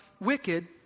wicked